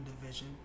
division